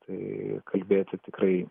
tai kalbėti tikrai